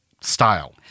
style